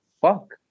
fuck